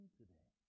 today